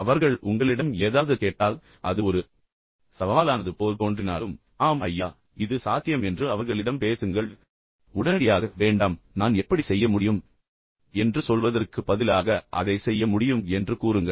எனவே அவர்கள் உங்களிடம் ஏதாவது கேட்டால் அது ஒரு சவாலானது போல் தோன்றினாலும் ஆம் ஐயா இது சாத்தியம் என்று அவர்களிடம் பேசுங்கள் உடனடியாக வேண்டாம் நான் எப்படி செய்ய முடியும் என்று சொல்வதற்குப் பதிலாக அதைச் செய்ய முடியும் என்று கூறுங்கள்